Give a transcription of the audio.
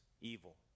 evil